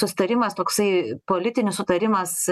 susitarimas toksai politinis sutarimas